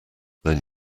then